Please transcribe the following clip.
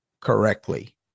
correctly